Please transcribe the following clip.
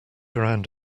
around